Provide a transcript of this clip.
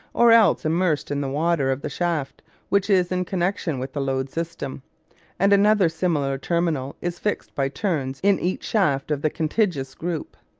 or else immersed in the water of the shaft which is in connection with the lode system and another similar terminal is fixed by turns in each shaft of the contiguous group.